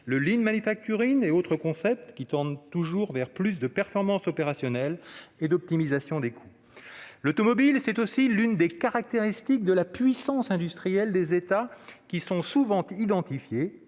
les flux tendus, le et autres concepts poussant vers toujours plus de performance opérationnelle et d'optimisation des coûts. L'automobile est aussi l'une des caractéristiques de la puissance industrielle des États, qui sont souvent identifiés